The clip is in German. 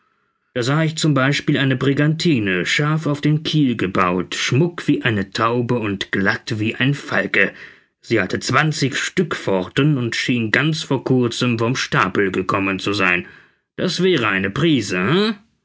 da sah ich zum beispiel eine brigantine scharf auf den kiel gebaut schmuck wie eine taube und glatt wie ein falke sie hatte zwanzig stückpforten und schien ganz vor kurzem vom stapel gekommen zu sein das wäre eine prise